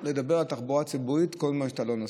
לדבר על התחבורה הציבורית כל זמן שאתה לא נוסע,